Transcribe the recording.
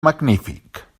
magnífic